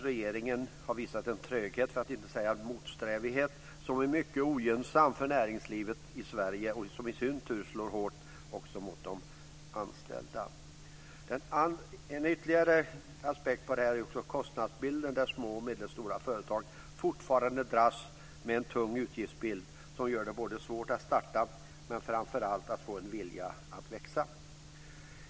Regeringen har visat en tröghet, för att inte säga motsträvighet, som är mycket ogynnsam för näringslivet i Sverige och som i sin tur slår hårt mot de anställda. En ytterligare aspekt på detta är kostnadsbilden, där små och medelstora företag fortfarande dras med en tung utgiftsbild som gör det både svårt att starta och framför allt att få en vilja att växa.